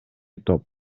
топ